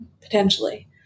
potentially